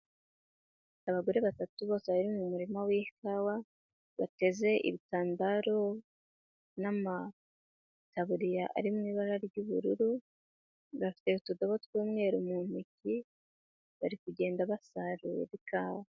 Abagore batatu bose bari mu murima w'ikawa bateze ibitambaro n'amataburiya ari mu ibara ry'ubururu, bafite utudobo tw'umweru mu ntoki bari kugenda basarurara ikawa.